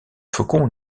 faucon